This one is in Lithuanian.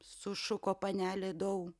sušuko panelė dau